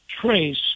trace